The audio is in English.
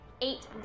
eight